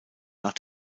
nach